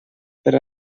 per